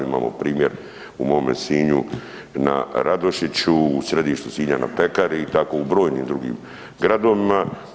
Imamo primjer u mome Sinju na Radošiću, u središtu Sinja na pekari i tako u brojnim drugim gradovima.